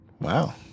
wow